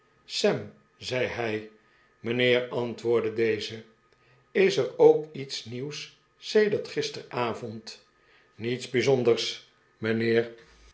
sam zei hij mijnheer antwoordde deze is er ook iets nieuws sedert gisterenavond niets bijzonders